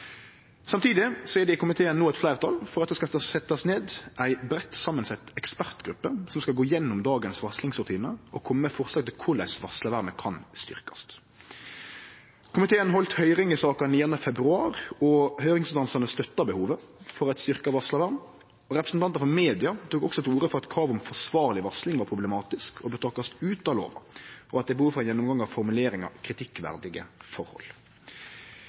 Samtidig er det i komiteen no eit fleirtal for at det skal setjast ned ei breitt samansett ekspertgruppe som skal gå gjennom dagens varslingsrutinar og kome med forslag til korleis varslarvernet kan styrkjast. Komiteen heldt høyring i saka 9. februar, og høyringsinstansane støtta behovet for eit styrkt varslarvern. Representantar frå media tok også til orde for at kravet om forsvarleg varsling var problematisk og bør takast ut av lova, og at det er behov for ein gjennomgang av formuleringa «kritikkverdige forhold». Dersom auka varsling av kritikkverdige forhold